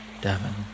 Devon